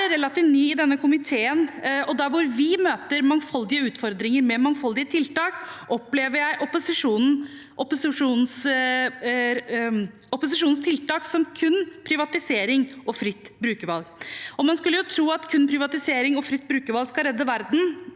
Jeg er relativt ny i denne komiteen, og der vi møter mangfoldige utfordringer med mangfoldige tiltak, opplever jeg opposisjonens tiltak som kun privatisering og fritt brukervalg. Man skulle jo tro at kun privatisering og fritt brukervalg vil redde verden,